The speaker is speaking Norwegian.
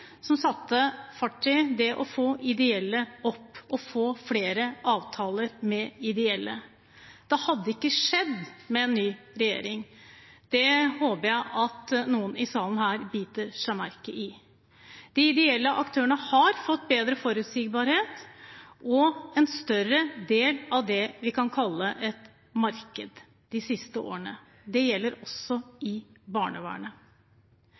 som satte fart i det å få ideelle opp og få flere avtaler med ideelle. Det hadde ikke skjedd med en ny regjering, og det håper jeg noen i salen her biter seg merke i. De ideelle aktørene har fått større forutsigbarhet og en større del av det vi kan kalle et marked, de siste årene. Det gjelder også i barnevernet.